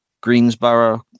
Greensboro